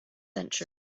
century